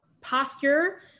posture